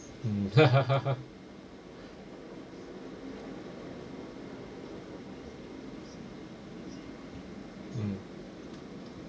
mm mm